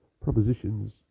propositions